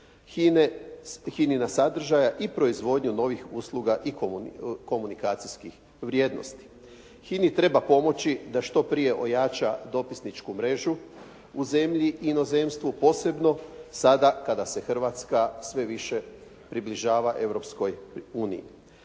HINA-nog sadržaja i proizvodnju novih usluga i komunikacijskih vrijednosti. HINA-i treba pomoći da što prije ojača dopisničku mrežu u zemlji i inozemstvu posebno sada kada se Hrvatska sve više približava Europskoj uniji.